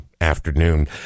afternoon